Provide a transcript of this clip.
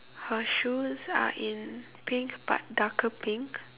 her shoes are in pink but darker pink